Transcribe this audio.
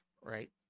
Right